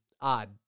odd